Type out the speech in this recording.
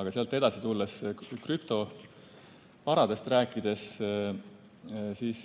Aga sealt edasi tulles krüptovarade juurde, et